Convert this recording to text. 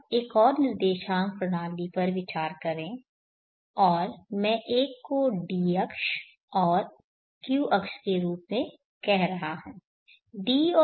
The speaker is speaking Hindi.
अब एक और निर्देशांक प्रणाली पर विचार करें और मैं एक को d अक्ष और q अक्ष के रूप में कह रहा हूं